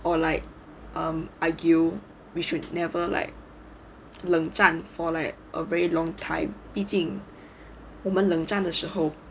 or like um argue we should never like 冷战 for like a very long time 毕竟我们冷战的时候